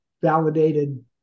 validated